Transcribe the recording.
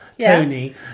Tony